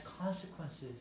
consequences